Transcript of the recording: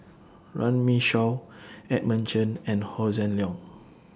Runme Shaw Edmund Chen and Hossan Leong